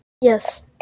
Yes